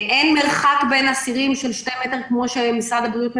אין מרחק של 2 מטר בין אסירים כמו שמבקש משרד הבריאות,